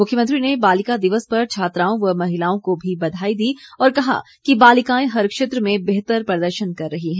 मुख्यमंत्री ने बालिका दिवस पर छात्राओं व महिलाओं को भी बधाई दी और कहा कि बालिकाएं हर क्षेत्र में बेहतर प्रदर्शन कर रही है